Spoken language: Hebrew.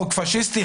חוק פשיסטי,